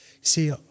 See